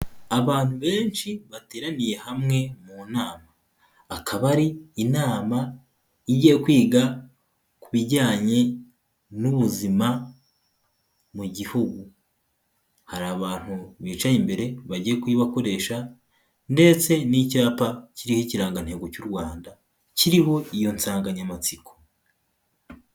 Abantu benshi bateraniye hamwe mu nama, akaba ari inama igiye kwiga ku bijyanye n'ubuzima mu gihugu. Hari abantu bicaye imbere bagiye kuyibakoresha ndetse n'icyapa kiriho ikirangantego cy'u Rwanda, kiriho iyo nsanganyamatsiko.